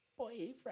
boyfriend